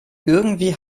irgendwie